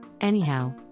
Anyhow